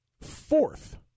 Fourth